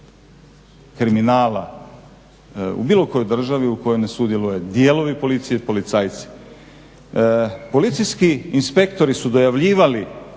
kriminala u bilo kojoj državi u kojoj ne sudjeluje dijelovi policije, policajci. Policijski inspektori su dojavljivali